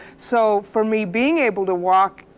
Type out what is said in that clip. so for me being able to walk,